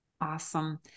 Awesome